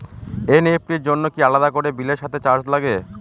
NEFT র জন্য কি আলাদা করে বিলের সাথে চার্জ লাগে?